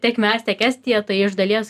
tiek mes tiek estija tai iš dalies